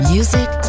Music